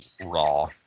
Raw